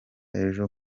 ejo